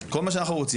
כל מה שאנחנו רוצים.